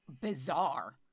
bizarre